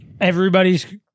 Everybody's